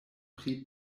pri